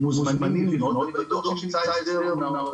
מוזמנים לפנות ואני בטוח שנמצא הסדר.